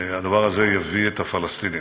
הדבר הזה יביא את הפלסטינים.